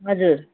हजुर